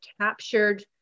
captured